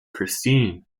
christine